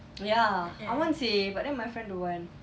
ya I want seh but then my friend don't want